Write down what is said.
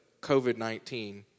COVID-19